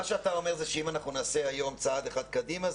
מה שאתה אומר הוא שאם אנחנו נעשה היום צעד אחד קדימה,